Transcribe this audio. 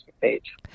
page